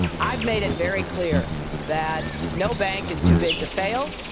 i've made it very clear that no bank is too big to fail,